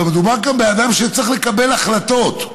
אבל מדובר כאן באדם שצריך לקבל החלטות.